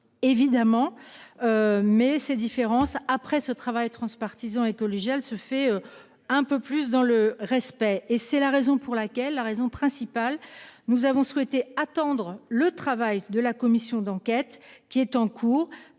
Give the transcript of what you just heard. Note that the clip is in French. Évidemment. Mais ces différences après ce travail transpartisan et collégiale se fait un peu plus dans le respect et c'est la raison pour laquelle la raison principale. Nous avons souhaité attendre le travail de la commission d'enquête qui est en cours.